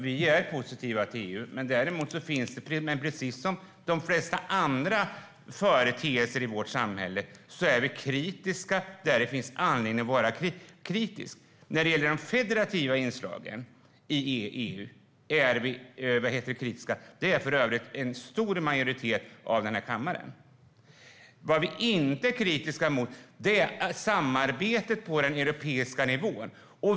Herr talman! Vi är positiva till EU, men precis som med de flesta andra företeelser i vårt samhälle är vi kritiska när det finns anledning till det. När det gäller de federativa inslagen i EU är vi kritiska. Det är för övrigt också en stor majoritet i den här kammaren. Vad vi inte är kritiska emot är samarbetet på den europeiska nivån.